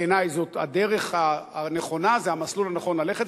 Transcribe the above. בעיני זאת הדרך הנכונה, זה המסלול הנכון ללכת.